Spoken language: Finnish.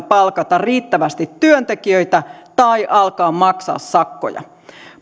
palkata riittävästi työntekijöitä tai alkaa maksaa sakkoja